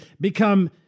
become